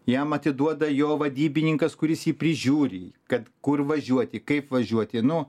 jam atiduoda jo vadybininkas kuris jį prižiūri jį kad kur važiuoti kaip važiuoti nu